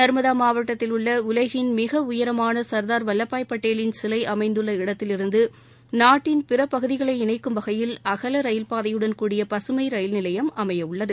நர்மதா மாவட்டத்தில் உள்ள உலகின் மிக உயரமான சர்தார் வல்லபாய் பட்டேலின் சிலை அமைந்துள்ள இடத்திலிருந்து நாட்டின் பிறப் பகுதிகளை இணைக்கும் வகையில் அகல ரயில் பாதையுடன் கூடிய பசுமை ரயில் நிலையம் அமைய உள்ளது